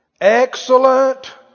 excellent